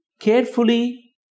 carefully